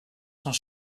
sont